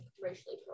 racially